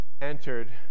entered